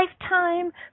lifetime